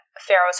Pharaoh's